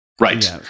Right